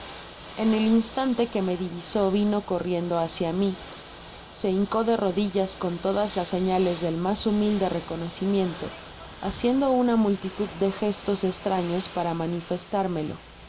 en el instante que me divisó vino corriendo hacia mi se hincó de rodillas con todas las señales del mas humilde reconocimiento haciendo una multitud de gestos estraños para manifestármelo